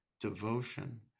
devotion